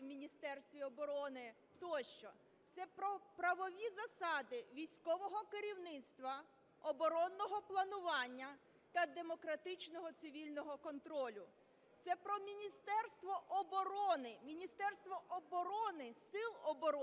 в Міністерстві оборони тощо, це про правові засади військового керівництва, оборонного планування та демократичного цивільного контролю. Це про Міністерство оборони, Міністерство оборони, сили оборони,